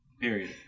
Period